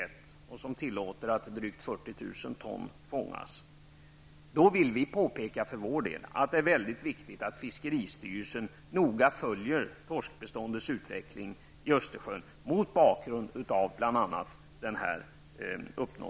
Denna tillåter att drygt 40 000 ton torsk fångas. Vi vill då för vår del påpeka att det, mot bakgrund av denna uppnådda överenskommelse, är mycket viktigt att fiskeristyrelsen noga följer torskbeståndets utveckling i Östersjön. Herr talman!